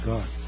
God